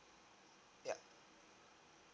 yup